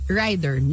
rider